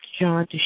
John